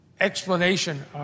explanation